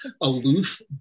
aloof